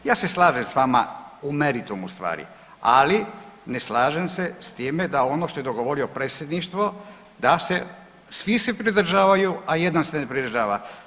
Ja se slažem s vama u meritumu stvari, ali ne slažem se s time da ono što je dogovorio predsjedništvo da se, svi se pridržavaju, a jedan se ne pridržava.